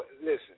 listen